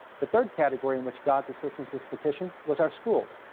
the third category in which god's assistance was petitioned was our schools.